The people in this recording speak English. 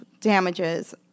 damages